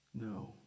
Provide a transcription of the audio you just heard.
No